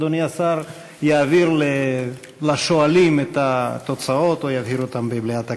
אדוני השר יעביר לשואלים את התוצאות או יבהיר אותן במליאת הכנסת.